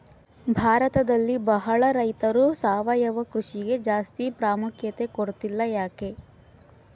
ಭಾರತದಲ್ಲಿ ಬಹಳ ರೈತರು ಸಾವಯವ ಕೃಷಿಗೆ ಜಾಸ್ತಿ ಪ್ರಾಮುಖ್ಯತೆ ಕೊಡ್ತಿಲ್ಲ ಯಾಕೆ?